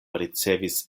ricevis